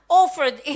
offered